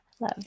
Love